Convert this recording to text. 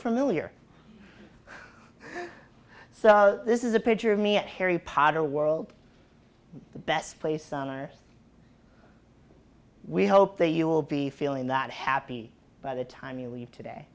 familiar so this is a picture of me at harry potter world the best place on earth we hope that you will be feeling that happy by the time you leave today